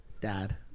Dad